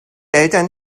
eltern